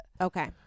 Okay